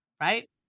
right